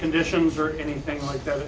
conditions or anything like that